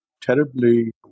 terribly